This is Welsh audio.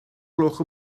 gloch